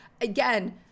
again